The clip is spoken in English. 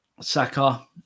Saka